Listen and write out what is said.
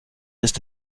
ist